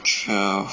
twelve